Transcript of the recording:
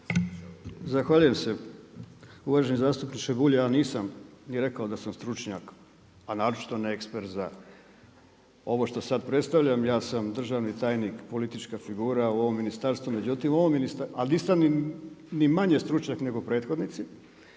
Zahvaljujem se uvaženi zastupniče Bulj, ja nisam ni rekao da sam stručnjak, a naročito ne ekspert za ovo što sad predstavljam. Ja sam državni tajnik, politička figura u ovom ministarstvu. Međutim, ovo, ali nisam ni manje stručnjak nego prethodnici,